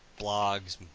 blogs